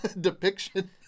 depiction